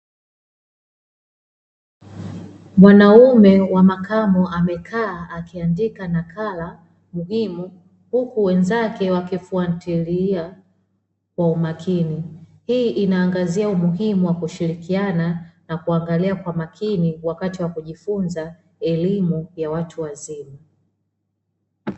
Mwanaume wa makamo amekaa akiandika nakala mbili, huku wenzake wakifwatilia kwa umakini, hii inaangazia umuhimu kwa kushirikiana na kuangalia kwa makini wakati wa kujifunza elimu ya watu wazima.